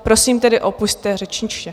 Prosím tedy, opusťte řečniště.